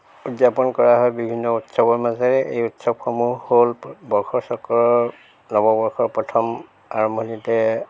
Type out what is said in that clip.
উদযাপন কৰা হয় বিভিন্ন উৎসৱৰ মাজেৰে এই উৎসৱসমূহ হ'ল বৰ্ষচক্ৰৰ নৱবৰ্ষৰ প্ৰথম আৰম্ভণিতে